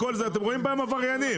אתם רואים בהם עבריינים?